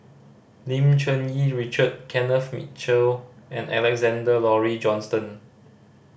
Lim Cherng Yih Richard Kenneth Mitchell and Alexander Laurie Johnston